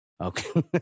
Okay